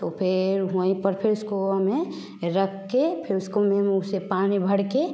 तो फिर वहीं पर फिर उसको हमें रख के फिर उसको मैं उस में से पानी भर के